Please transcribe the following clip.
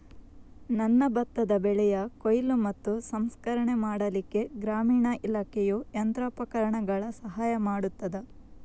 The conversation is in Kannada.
ನನ್ನ ಭತ್ತದ ಬೆಳೆಯ ಕೊಯ್ಲು ಮತ್ತು ಸಂಸ್ಕರಣೆ ಮಾಡಲಿಕ್ಕೆ ಗ್ರಾಮೀಣ ಇಲಾಖೆಯು ಯಂತ್ರೋಪಕರಣಗಳ ಸಹಾಯ ಮಾಡುತ್ತದಾ?